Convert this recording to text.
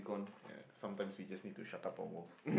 ya sometimes we just need to shut up our mouth